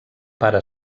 pare